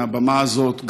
מהבמה הזאת,